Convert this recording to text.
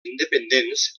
independents